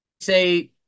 say